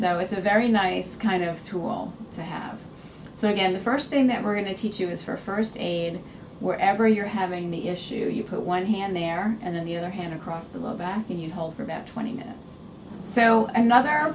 was a very nice kind of tool to have so again the first thing that we're going to teach you is for first aid wherever you're having the issue you put one hand there and then the other hand across the lower back and you hold for about twenty minutes so another